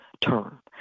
term